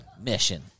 Mission